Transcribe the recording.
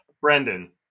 Brendan